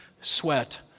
Sweat